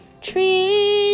trees